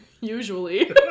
usually